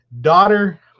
daughter